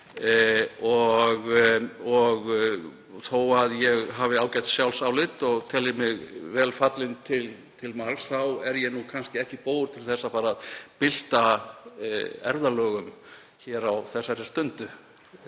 dag. Þó að ég hafi ágætt sjálfsálit og telji mig vel fallinn til margs þá er ég nú kannski ekki bógur til þess að fara að bylta erfðalögum á þessari stundu.